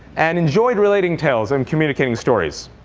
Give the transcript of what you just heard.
and enjoyed relating tales and communicating stories.